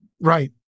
right